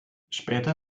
später